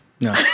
No